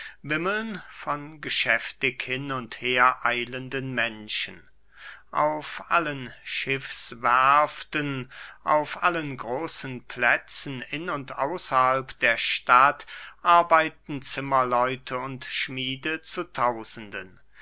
wimmeln von geschäftig hin und her eilenden menschen auf allen schiffswerften auf allen großen plätzen in und außerhalb der stadt arbeiten zimmerleute und schmiede zu tausenden